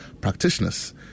Practitioners